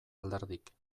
alderdik